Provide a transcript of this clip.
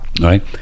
right